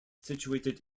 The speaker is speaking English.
situated